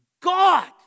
God